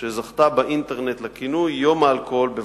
שזכתה באינטרנט לכינוי "יום האלכוהול בבתי-הספר".